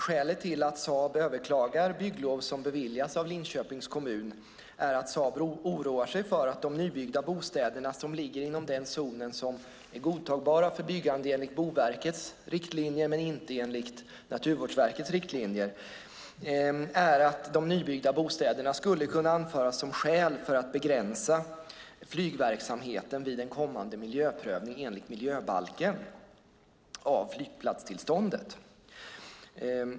Skälet till att Saab överklagar bygglov som beviljas av Linköpings kommun är att Saab oroar sig för att de nybyggda bostäderna, som ligger inom den zon som är godtagbar för byggande enligt Boverkets riktlinjer men inte enligt Naturvårdsverkets riktlinjer, skulle kunna anföras som skäl för att begränsa flygverksamheten vid en kommande miljöprövning av flygplatstillståndet enligt miljöbalken.